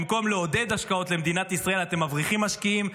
במקום לעודד השקעות למדינת ישראל אתם מבריחים משקיעים,